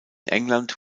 england